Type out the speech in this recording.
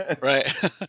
Right